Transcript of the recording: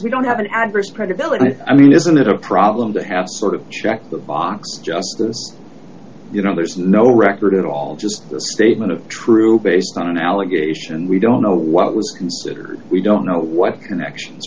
we don't have an adverse credibility i mean isn't it a problem to have sort of check the box justice you know there's no record at all just the statement of true based on an allegation we don't know what was considered we don't know what connections